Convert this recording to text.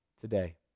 today